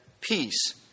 Peace